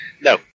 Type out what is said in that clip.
no